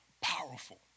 powerful